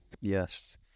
Yes